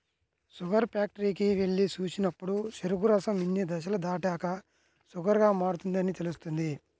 sugar ఫ్యాక్టరీకి వెళ్లి చూసినప్పుడు చెరుకు రసం ఇన్ని దశలు దాటాక షుగర్ గా మారుతుందని తెలుస్తుంది